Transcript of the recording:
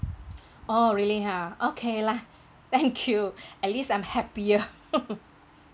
oh really ha okay lah thank you at least I'm happy